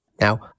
Now